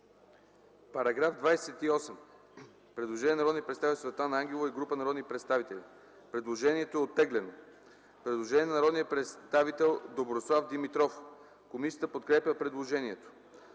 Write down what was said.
По § 28 има предложение на народния представител Светлана Ангелова и група народни представители. Предложението е оттеглено. Има предложение на народния представител Доброслав Димитров. Комисията подкрепя предложението.